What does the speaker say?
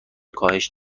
کاهش